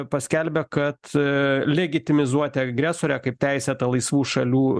paskelbė kad legitimizuoti agresorę kaip teisėtą laisvų šalių